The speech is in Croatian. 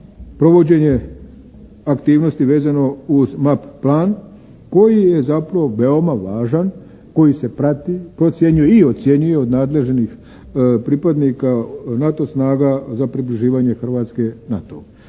provođenje aktivnosti vezano uz MAP plan koji je zapravo veoma važan, koji se prati, procjenjuje i ocjenjuje od nadležnih pripadnika NATO snaga za približavanje Hrvatske NATO-u.